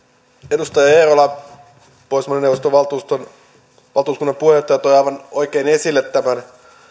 edustaja eerola pohjoismaiden neuvoston valtuuskunnan puheenjohtaja toi aivan oikein esille tämän